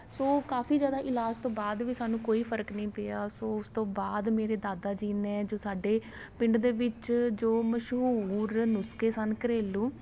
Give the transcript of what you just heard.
ਸੋ ਕਾਫੀ ਜ਼ਿਆਦਾ ਇਲਾਜ ਤੋਂ ਬਾਅਦ ਵੀ ਸਾਨੂੰ ਕੋਈ ਫਰਕ ਨਹੀਂ ਪਿਆ ਸੋ ਉਸ ਤੋਂ ਬਾਅਦ ਮੇਰੇ ਦਾਦਾ ਜੀ ਨੇ ਜੋ ਸਾਡੇ ਪਿੰਡ ਦੇ ਵਿੱਚ ਜੋ ਮਸ਼ਹੂਰ ਨੁਸਖੇ ਸਨ ਘਰੇਲੂ